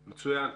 מצוין.